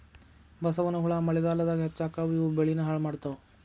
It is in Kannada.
ಬಸವನಹುಳಾ ಮಳಿಗಾಲದಾಗ ಹೆಚ್ಚಕ್ಕಾವ ಇವು ಬೆಳಿನ ಹಾಳ ಮಾಡತಾವ